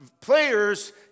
players